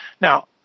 Now